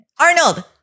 Arnold